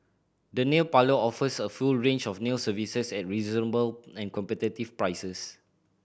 the nail parlour offers a full range of nail services at reasonable and competitive prices